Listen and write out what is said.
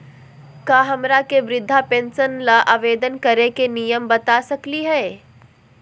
का हमरा के वृद्धा पेंसन ल आवेदन करे के नियम बता सकली हई?